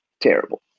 terrible